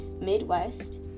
midwest